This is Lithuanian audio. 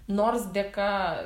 nors dėka